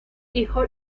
hijo